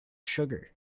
sugar